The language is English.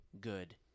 good